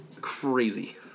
Crazy